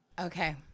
Okay